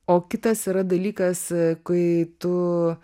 o kitas yra dalykas kai tu